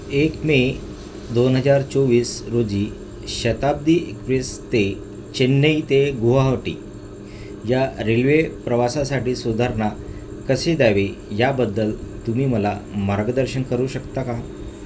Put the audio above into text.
एक मे दोन हजार चोवीस रोजी शताब्दी एक्प्रेस ते चेन्नई ते गुवाहाटी या रेल्वे प्रवासासाठी सुधारणा कशी द्यावे याबद्दल तुम्ही मला मार्गदर्शन करू शकता का